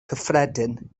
cyffredin